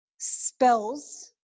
spells